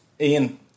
Ian